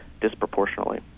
disproportionately